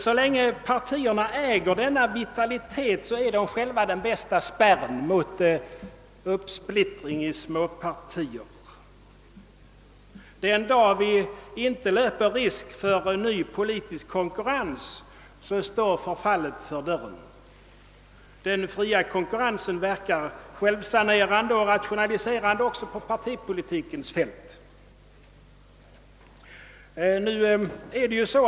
Så länge partierna äger denna vitalitet är de själva den bästa spärren mot uppsplittring i småpartier. Den dag vi inte löper risk för ny politisk konkurrens står förfallet för dörren. Den fria konkurrensen verkar självsanerande och rationaliserande också på partipolitikens fält.